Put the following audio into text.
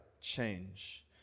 change